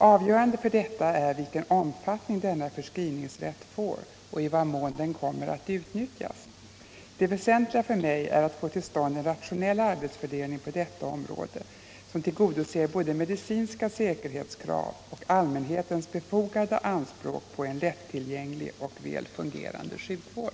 Avgörande för detta är vilken omfattning denna förskrivningsrätt får och i vad mån den kommer att utnyttjas. Det väsentliga för mig är att få till stånd en rationell arbetsfördelning på detta område som tillgodoser både medicinska säkerhetskrav och allmänhetens befogade anspråk på en lättillgänglig och väl fungerande sjukvård.